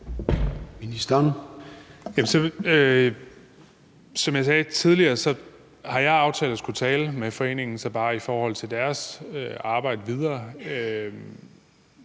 Som jeg sagde tidligere, har jeg aftalt at skulle tale med foreningen Sabaah om deres eget arbejde videre.